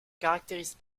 caractérise